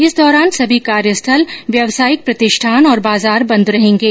इस दौरान सभी कार्यस्थल व्यवसायिक प्रतिष्ठान और बाजार बंद रहेंगे